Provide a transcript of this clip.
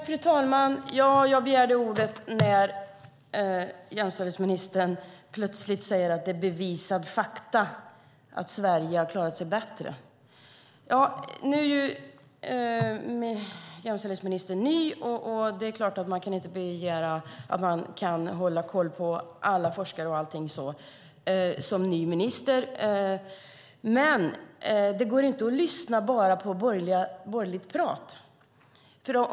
Fru talman! Jag begärde ordet när jämställdhetsministern plötsligt sade att det är bevisat att Sverige har klarat sig bättre. Nu är jämställdhetsministern ny, och det är klart att man inte kan begära att hon ska hålla koll på alla forskare och allting. Men det går inte att lyssna bara på borgerligt prat.